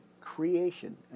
creation